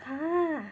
!huh!